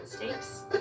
mistakes